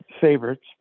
favorites